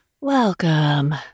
welcome